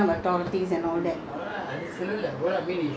each case got differnt type of